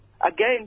Again